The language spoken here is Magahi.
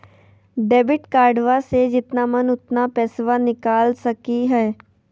डेबिट कार्डबा से जितना मन उतना पेसबा निकाल सकी हय?